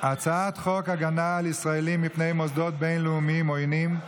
הצעת חוק הגנה על ישראלים מפני מוסדות בין-לאומיים עוינים,